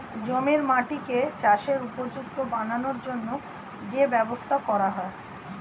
জমির মাটিকে চাষের উপযুক্ত বানানোর জন্যে যে ব্যবস্থা করা হয়